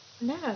No